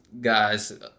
guys